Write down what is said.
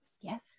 yes